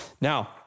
Now